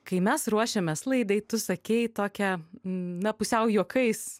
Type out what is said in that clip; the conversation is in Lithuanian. kai mes ruošėmės laidai tu sakei tokią na pusiau juokais